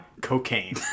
Cocaine